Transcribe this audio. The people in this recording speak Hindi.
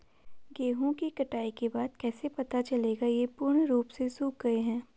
गेहूँ की कटाई के बाद कैसे पता चलेगा ये पूर्ण रूप से सूख गए हैं?